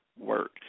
Work